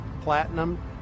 platinum